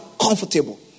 comfortable